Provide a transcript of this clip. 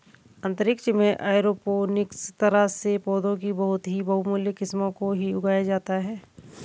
अंतरिक्ष में एरोपोनिक्स तरह से पौधों की बहुत ही बहुमूल्य किस्मों को ही उगाया जाता है